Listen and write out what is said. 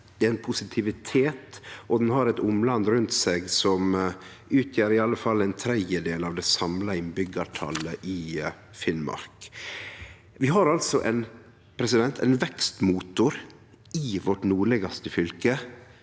det er positivitet. Alta har eit omland rundt seg som utgjer i alle fall ein tredjedel av det samla innbyggjartalet i Finnmark. Vi har altså ein vekstmotor i vårt nordlegaste fylke.